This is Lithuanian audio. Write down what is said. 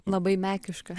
labai mekiška